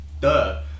duh